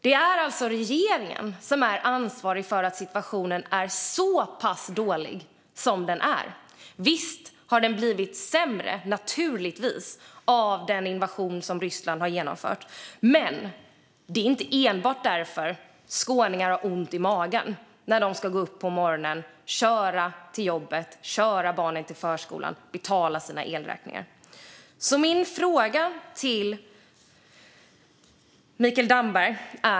Det är alltså regeringen som är ansvarig för att situationen är så pass dålig som den är. Naturligtvis har den blivit sämre på grund av Rysslands invasion, men det är inte enbart därför skåningar har ont i magen när de ska gå upp på morgonen, köra till jobbet, köra barnen till förskolan och betala sina elräkningar. Jag har ytterligare en fråga till Mikael Damberg.